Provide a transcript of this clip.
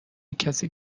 کسی